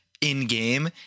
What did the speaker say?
in-game